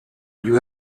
you